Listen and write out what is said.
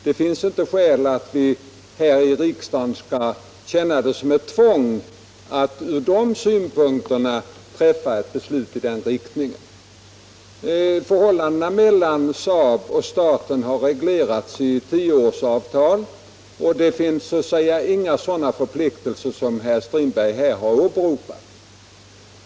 Det finns inga skäl för att vi här i riksdagen skall känna det som ett tvång att från de synpunkterna fatta beslut i den riktningen. Förhållandena mellan SAAB och staten har reglerats i tioårsavtal och det finns inga sådana förpliktelser som herr Strindberg har åberopat.